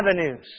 avenues